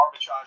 arbitrage